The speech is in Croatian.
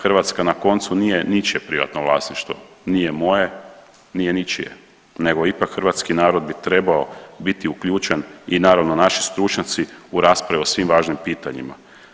Hrvatska na koncu nije ničije privatno vlasništvo, nije moje, nije ničije, nego ipak hrvatski narod bi trebao biti uključen i naravno naši stručnjaci u rasprave o svim važnim pitanjima.